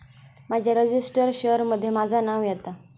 माझ्या registered share मध्ये माझा नाव येता